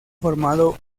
formado